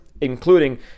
including